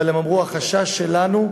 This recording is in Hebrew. אבל הם אמרו: החשש שלנו הוא